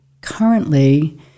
currently